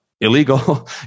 illegal